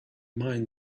mind